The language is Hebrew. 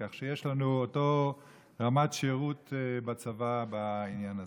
כך שיש לנו אותה רמת שירות בצבא בעניין הזה.